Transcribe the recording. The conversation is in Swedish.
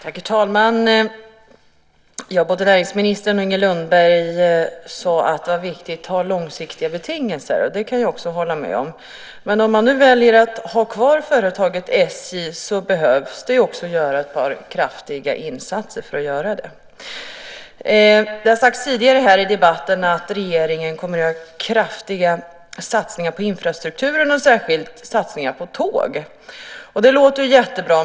Herr talman! Både näringsministern och Inger Lundberg sade att det var viktigt att ha långsiktiga betingelser. Det kan jag hålla med om. Men om man nu väljer att ha kvar företaget SJ behöver det göras kraftiga insatser. Det har sagts tidigare här i debatten att regeringen kommer att göra kraftiga satsningar på infrastrukturen, och särskilt satsningar på tåg. Det låter jättebra.